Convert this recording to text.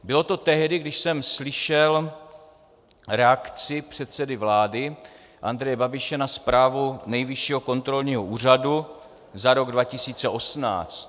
Bylo to tehdy, když jsem slyšel reakci předsedy vlády Andreje Babiše na zprávu Nejvyššího kontrolního úřadu za rok 2018.